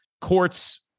courts